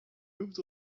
moved